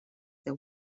deu